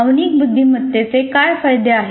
भावनिक बुद्धिमत्तेचे काय फायदे आहेत